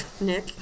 Nick